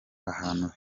ahantu